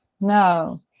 no